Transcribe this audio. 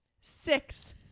Six